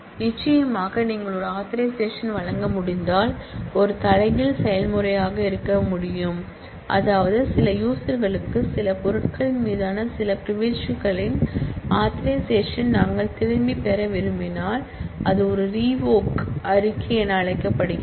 நிச்சயமாக நீங்கள் ஒரு ஆதரைசேஷன் வழங்க முடிந்தால் ஒரு தலைகீழ் செயல்முறையாக இருக்க வேண்டும் அதாவது சில யூசர்களுக்கு சில பொருட்களின் மீதான சில பிரிவிலிஜ்களின் ஆதரைசேஷன் நாங்கள் திரும்பப் பெற விரும்பினால் அது ஒரு REVOKE அறிக்கை என அழைக்கப்படுகிறது